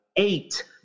eight